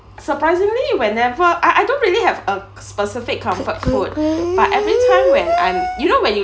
surprisingly whenever I I don't really have a specific comfort food but everytime when I'm you know when you